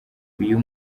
uyu